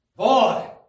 Boy